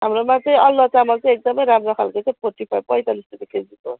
हाम्रोमा चाहिँ अलुवा चामल चाहिँ एकदमै राम्रो खालको चाहिँ फोर्टी फाइभ पैँतालिस रुपियाँ केजीको